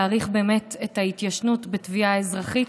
להאריך באמת את ההתיישנות בתביעה אזרחית,